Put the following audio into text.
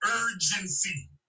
urgency